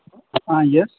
હા યસ